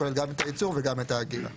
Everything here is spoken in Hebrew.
שכולל גם את הייצור וגם את ההגירה.